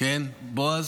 בועז?